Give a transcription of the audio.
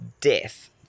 Death